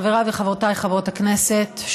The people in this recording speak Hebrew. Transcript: חבריי וחברותיי חברות הכנסת,